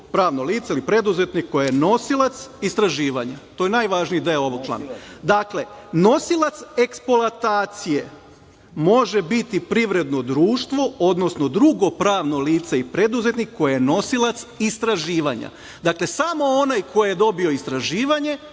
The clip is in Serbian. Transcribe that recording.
pravno lice, preduzetnik, koje je nosilac istraživanja.“ To je najvažniji deo ovog člana. Dakle, nosilac eksploatacije može biti privredno društvo, odnosno drugo pravno lice i preduzetnik koji je nosilac istraživanja. Dakle, samo onaj koje dobio istraživanje